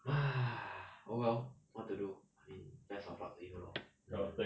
oh well what to do I mean best of luck to you lor mm